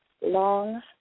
long